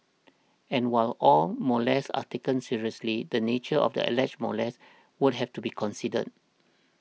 and while all molests are taken seriously the nature of the alleged molest would have to be considered